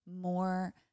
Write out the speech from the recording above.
more